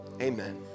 Amen